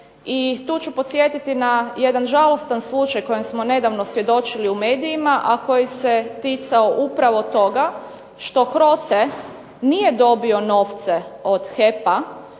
i tu ću podsjetiti na jedan žalostan slučaj kojem smo nedavno svjedočili u medijima, a koji se ticao upravo toga što HROTE nije dobio novce od HEP-a